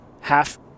half